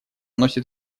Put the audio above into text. носит